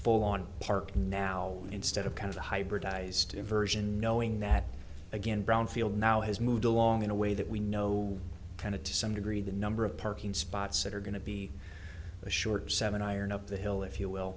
full on park now instead of kind of hybridized inversion knowing that again brownfield now has moved along in a way that we know kind of to some degree the number of parking spots that are going to be a short seven iron up the hill if you will